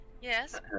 Yes